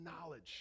knowledge